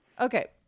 Okay